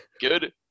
Good